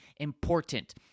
important